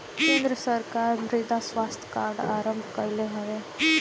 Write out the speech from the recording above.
केंद्र सरकार मृदा स्वास्थ्य कार्ड आरंभ कईले हवे